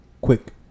Quick